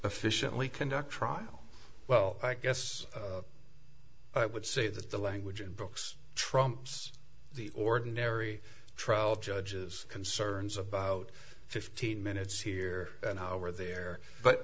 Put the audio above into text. officially conduct trial well i guess i would say that the language in books trumps the ordinary trial judges concerns about fifteen minutes here an hour there but